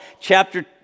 Chapter